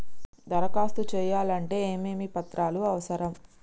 దరఖాస్తు చేయాలంటే ఏమేమి పత్రాలు అవసరం?